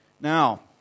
Now